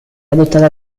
adottata